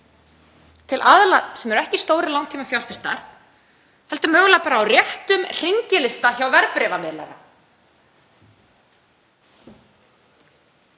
Aðilar sem eru ekki stórir langtímafjárfestar heldur mögulega bara á réttum hringilista hjá verðbréfamiðlara.